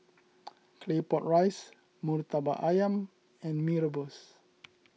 Claypot Rice Murtabak Ayam and Mee Rebus